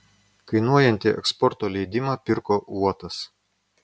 kainuojantį eksporto leidimą pirko uotas